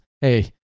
hey